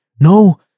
no